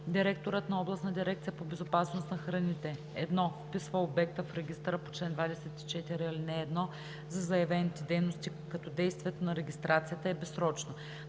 директорът на областната дирекция по безопасност на храните: 1. вписва обекта в регистъра по чл. 24, ал. 1 за заявените дейности, като действието на регистрацията е безсрочно;